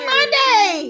Monday